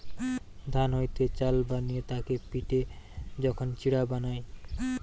ধান হইতে চাল বানিয়ে তাকে পিটে যখন চিড়া বানায়